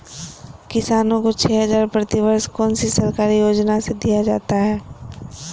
किसानों को छे हज़ार प्रति वर्ष कौन सी सरकारी योजना से दिया जाता है?